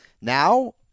Now